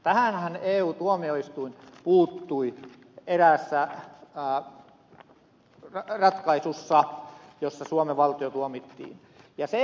tähänhän ey tuomioistuin puuttui eräässä ratkaisussa jossa suomen valtio tuomittiin